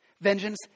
Vengeance